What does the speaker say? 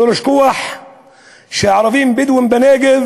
לא לשכוח שערבים-בדואים בנגב